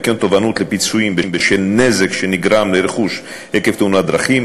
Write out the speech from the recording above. וכן תובענות לפיצויים בשל נזק שנגרם לרכוש עקב תאונת דרכים,